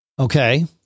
Okay